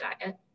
diet